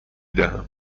دهم